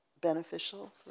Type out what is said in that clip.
Beneficial